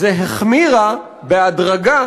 היא החמירה בהדרגה